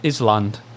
Island